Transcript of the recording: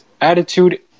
Attitude